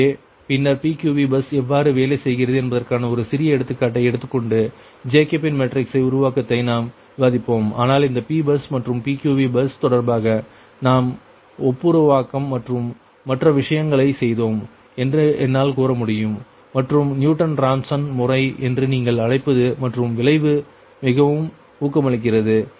எனவே பின்னர் PQV bus எவ்வாறு வேலை செய்கிறது என்பதற்கான ஒரு சிறிய எடுத்துக்காட்டை எடுத்துக்கொண்டு ஜேகோபியன் மேட்ரிக்ஸ் உருவாக்கத்தை நாம் விவாதிப்போம் ஆனால் இந்த P பஸ் மற்றும் PQV பஸ் தொடர்பாக நாம் ஒப்புருவாக்கம் மற்றும் மற்ற விஷயங்களை செய்தோம் என்று என்னால் கூற முடியும் மற்றும் நியூட்டன் ராப்சன் முறை என்று நீங்கள் அழைப்பது மற்றும் விளைவு மிகவும் ஊக்கமளிக்கிறது